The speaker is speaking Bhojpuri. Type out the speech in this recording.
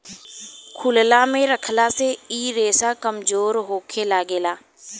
खुलला मे रखला से इ रेसा कमजोर होखे लागेला